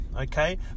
okay